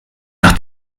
nach